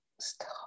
stop